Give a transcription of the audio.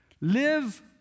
live